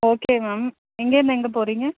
okay ma'am எங்கேருந்து எங்கே போகிறீங்க